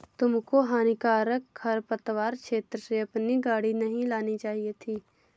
तुमको हानिकारक खरपतवार क्षेत्र से अपनी गाड़ी नहीं लानी चाहिए थी